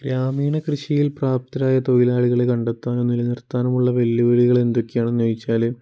ഗ്രാമീണ കൃഷിയിൽ പ്രാപ്തരായ തൊഴിലാളികളെ കണ്ടെത്താനും നില നിർത്താനുമുള്ള വെല്ലുവിളികൾ എന്തൊക്കെയാണെന്നു ചോദിച്ചാൽ